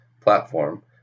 platform